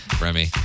Remy